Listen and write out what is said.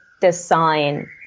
design